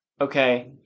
Okay